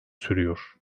sürüyor